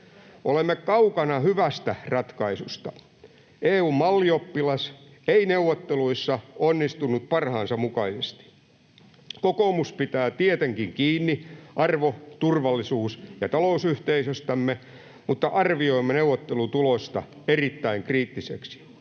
Olemme kaukana hyvästä ratkaisusta. EU:n mallioppilas ei neuvotteluissa onnistunut parhaansa mukaisesti. Kokoomus pitää tietenkin kiinni arvo-, turvallisuus ja talousyhteisöstämme, mutta arvioimme neuvottelutulosta erittäin kriittisesti.